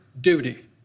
duty